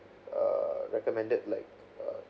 err recommended like uh